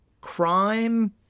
crime